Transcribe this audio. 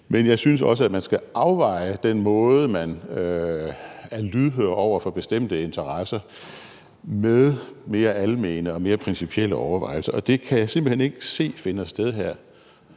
men jeg synes også, at man skal afveje den måde, man er lydhør over for bestemte interesser på, med mere almene og mere principielle overvejelser. Det kan jeg simpelt hen ikke se finder sted her.